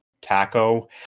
Taco